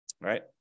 right